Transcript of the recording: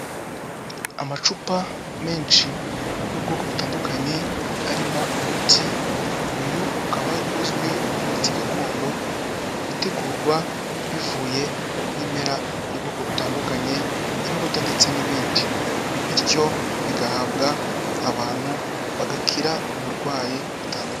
Amacupa menshi y'ubwoko butandukanye, arimo umuti, uyu ukaba uzwi nk'umuti gakondo utegurwa bivuye mu bimera by'ubwoko butandukanye, imbuto, ndetse n'ibindi, bityo bigahabwa abantu bagakira uburwayi butandukanye.